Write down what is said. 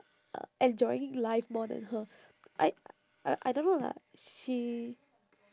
uh enjoying life more than her I uh I don't know lah she